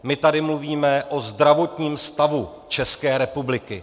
My tady mluvíme o zdravotním stavu České republiky.